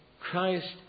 Christ